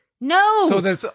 No